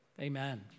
Amen